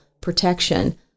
protection